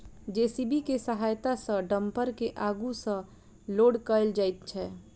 JCB के सहायता सॅ डम्फर के आगू सॅ लोड कयल जाइत छै